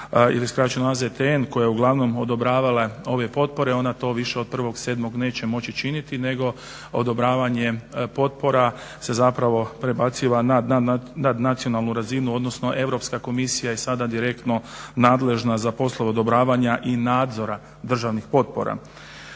ili skraćeno AZTN koja je uglavnom odobravala ove potpore ona to više od 1.7. neće moći činiti nego odobravanjem potpora se prebaciva na nacionalnu razinu odnosno EU komisija je sada direktno nadležna za poslove odobravanja i nadzora državnih potpora.